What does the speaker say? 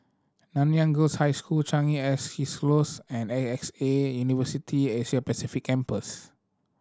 Nanyang Girls' High School Changi East Close and A X A University Asia Pacific Campus